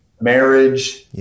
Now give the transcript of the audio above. marriage